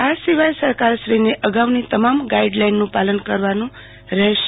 આ સિવાય સરકારશ્રીની અગાઉની તમામ ગાઈડ લાઈનનું પાલન કરવાનું રહેશે